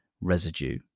residue